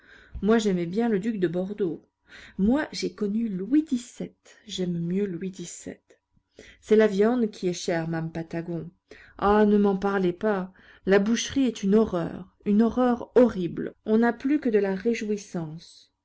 moi j'aimais bien le duc de bordeaux moi j'ai connu louis xvii j'aime mieux louis xvii c'est la viande qui est chère mame patagon ah ne m'en parlez pas la boucherie est une horreur une horreur horrible on n'a plus que de la réjouissance